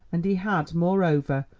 and he had, moreover,